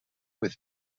with